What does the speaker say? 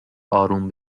اروم